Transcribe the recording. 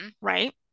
Right